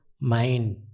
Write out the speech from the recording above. mind